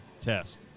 test